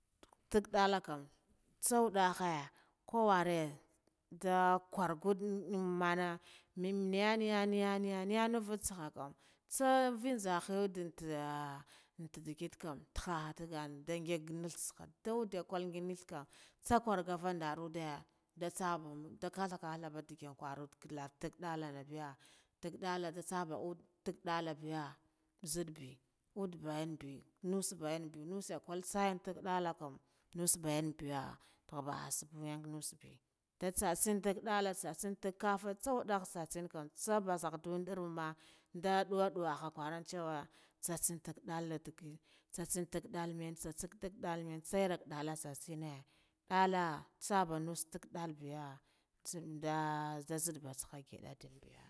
Ntaga dalla kam tsawudahe kuwon nda kurgak mm mana minmiyane nege nege nega navtsaga kam tsaven zahan, dindiya intidigite kam kan tagaha nda ngig mitse tsaha ndah da kul mitsega tsa kurgata ndara de nda tsabe nda katha katha karav lava taga dalla run biya dagga dalla ndatsabe udde dagga biya, nzidde be udde bayanbe nusa bayanbe nasse kultsaya tagga dalla kam nuss bayim biya pabba ussabiyan nasse be nda tsa tsen tagga dalla nda tsa tsen tagga kasse nda tsatsen kam tsavaba dinyung mah nala, dawa dawa akuraan awa tsatsen tagga dalla digin tsatsen men tsatsen tagga men tseran dallag tsatsene ndalla tsaba nuss tagga dall biya umtse da